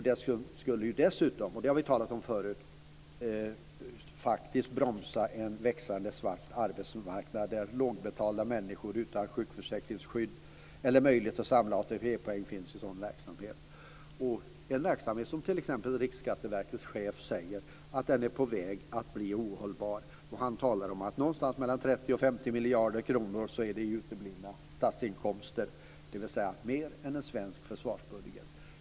Det skulle dessutom, och det har vi talat om förut, faktiskt bromsa en växande svart arbetsmarknad med lågbetalda människor utan sjukförsäkringsskydd eller möjlighet att samla ATP-poäng. T.ex. säger Riksskatteverkets chef att det är en verksamhet som är på väg att bli ohållbar. Han talar om 30-50 miljarder kronor i uteblivna statsinkomster, dvs. mer än en svensk försvarsbudget.